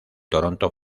toronto